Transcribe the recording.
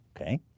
Okay